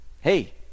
Hey